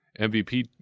MVP